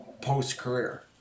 post-career